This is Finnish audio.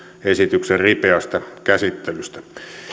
esityksen ripeästä käsittelystä